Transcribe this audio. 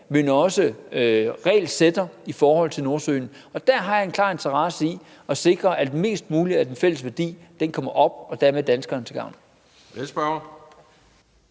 men også er regelsætter i forhold til Nordsøen, og der har jeg en klar interesse i at sikre, at mest muligt af den fælles værdi bliver hentet op og dermed kommer danskerne til gavn.